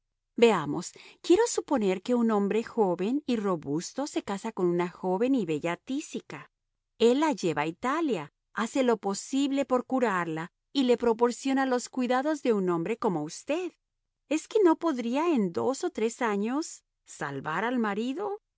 veamos quiero suponer que un hombre joven y robusto se casa con una joven y bella tísica el la lleva a italia hace lo posible por curarla y le proporciona los cuidados de un hombre como usted es que no podría en dos o tres años salvar al marido